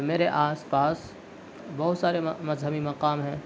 میرے آس پاس بہت سارے مذہبی مقام ہیں